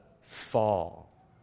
fall